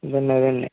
అదే అండి అదే అండి